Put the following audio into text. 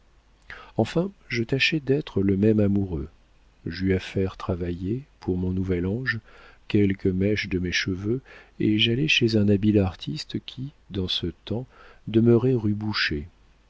enfin je tâchai d'être le même amoureux j'eus à faire travailler pour mon nouvel ange quelques mèches de mes cheveux et j'allai chez un habile artiste qui dans ce temps demeurait rue boucher